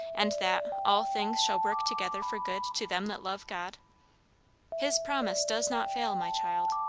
and that all things shall work together for good to them that love god his promise does not fail, my child.